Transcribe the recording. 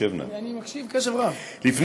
הקשב נא.